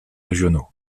régionaux